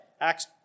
Acts